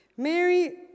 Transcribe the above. Mary